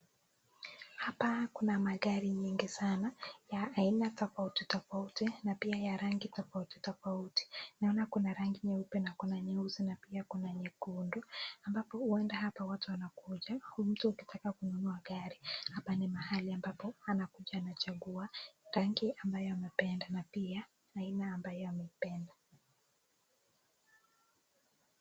Hapa kuna magari nyingi sana ya aina tofautitofauti na pia rangi tofautitofauti. Naona kuna rangi nyeupe, rangi nyeusi na pia rangi nyekundu ambapo huwenda hapa watu wanakuja, mtu akitaka kununua gari hapa ni mahali ambapo anakuja anachangua rangi ambayo amependa na pia aina ambayo amependa.